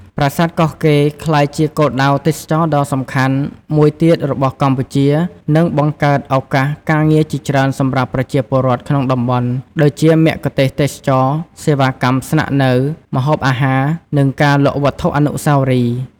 ប្រាសាទកោះកេរ្តិ៍ ក្លាយជាគោលដៅទេសចរណ៍ដ៏សំខាន់មួយទៀតរបស់កម្ពុជា និងបង្កើតឱកាសការងារជាច្រើនសម្រាប់ប្រជាពលរដ្ឋក្នុងតំបន់ ដូចជាមគ្គុទ្ទេសក៍ទេសចរណ៍ សេវាកម្មស្នាក់នៅ ម្ហូបអាហារ និងការលក់វត្ថុអនុស្សាវរីយ៍។